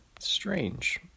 strange